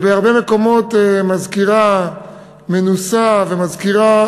בהרבה מקומות מזכירה מנוסה ומזכירה